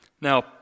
Now